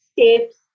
steps